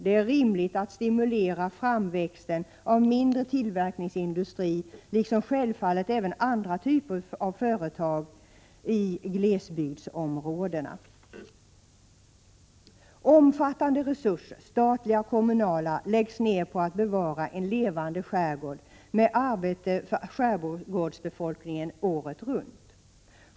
Det är rimligt att stimulera framväxten av mindre tillverkningsindustri, liksom självfallet även andra typer av företag i glesbygdsområdena. Omfattande resurser, statliga och kommunala, läggs ner på att bevara en levande skärgård med arbete för skärgårdsbefolkningen året runt.